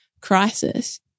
crisis